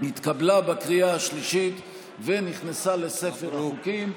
נתקבלה בקריאה השלישית ונכנסה לספר החוקים.